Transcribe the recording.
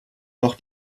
noch